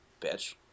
bitch